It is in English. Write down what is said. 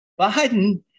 Biden